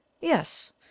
Yes